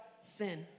sin